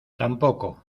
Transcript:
tampoco